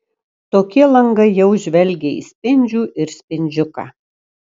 tokie langai jau žvelgia į spindžių ir spindžiuką